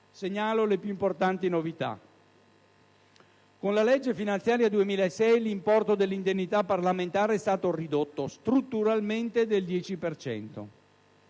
Segnalo solo le più importanti novità. Con la legge finanziaria 2006, l'importo dell'indennità parlamentare è stato ridotto strutturalmente del 10